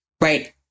right